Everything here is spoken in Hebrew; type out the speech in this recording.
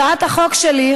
הצעת החוק שלי,